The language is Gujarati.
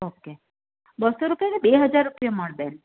ઓકે બસ્સો રૂપિયા કે બે હજાર રૂપિયા મણ બેન